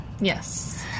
Yes